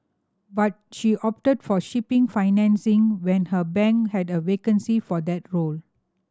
but she opted for shipping financing when her bank had a vacancy for that role